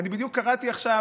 אני בדיוק קראתי עכשיו,